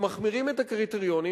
ומחמירים את הקריטריונים,